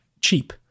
cheap